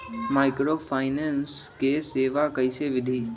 Microfinance के सेवा कइसे विधि?